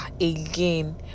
again